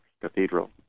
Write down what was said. Cathedral